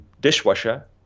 dishwasher